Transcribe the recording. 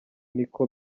niko